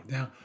Now